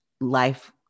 life